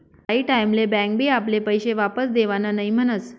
काही टाईम ले बँक बी आपले पैशे वापस देवान नई म्हनस